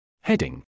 Heading